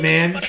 Man